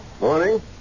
Morning